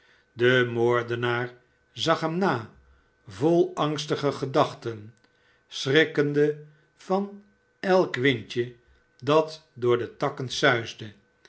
de moordenaar zag hem na vol angstige gedachten schrikkende van elk wmdje dat door de takken suisde